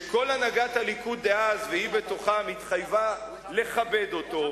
כשכל הנהגת הליכוד דאז והיא בתוכם התחייבה לכבד אותו,